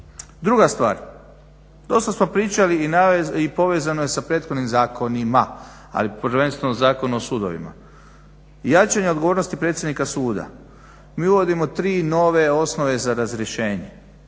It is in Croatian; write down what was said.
Druga stvar, dosta smo pričali i povezano je sa prethodnim zakonima ali prvenstveno Zakon o sudovima, jačanje odgovornosti predsjednika suda, mi uvodimo 3 nove osnove za razrješenje.